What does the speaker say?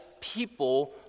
people